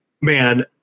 man